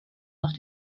nach